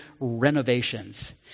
renovations